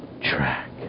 track